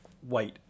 White